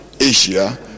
Asia